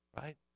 right